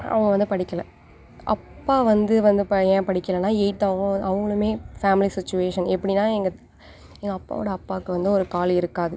அவங்க வந்து படிக்கலை அப்பா வந்து வந்து ப ஏன் படிக்கலைன்னா எயித்தாவும் அவங்களுமே ஃபேமிலி சுச்சுவேஷன் எப்படின்னா எங்கள் எங்கள் அப்பாவோடய அப்பாவுக்கு வந்து ஒரு கால் இருக்காது